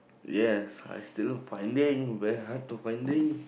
yes I still finding very hard to finding